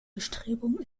bestrebungen